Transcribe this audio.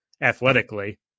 athletically